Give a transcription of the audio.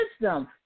wisdom